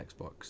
xbox